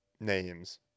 names